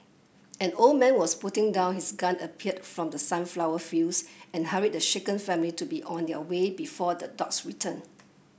an old man was putting down his gun appeared from the sunflower fields and hurried the shaken family to be on their way before the dogs return